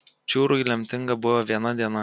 čiūrui lemtinga buvo viena diena